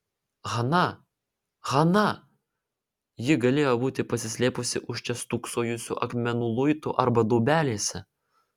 hana hana ji galėjo būti pasislėpusi už čia stūksojusių akmenų luitų arba daubelėse